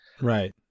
Right